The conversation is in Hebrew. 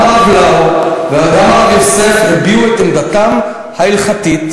שגם הרב לאו וגם הרב יוסף הביעו את עמדתם ההלכתית,